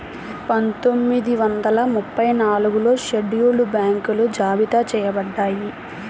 పందొమ్మిది వందల ముప్పై నాలుగులో షెడ్యూల్డ్ బ్యాంకులు జాబితా చెయ్యబడ్డాయి